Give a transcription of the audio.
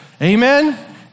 Amen